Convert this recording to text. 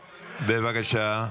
בבקשה,